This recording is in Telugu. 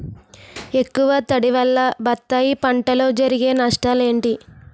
ఎక్కువ తడి వల్ల బత్తాయి పంటలో జరిగే నష్టాలేంటి?